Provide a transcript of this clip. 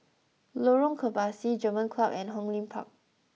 Lorong Kebasi German Club and Hong Lim Park